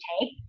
take